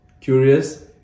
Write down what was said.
curious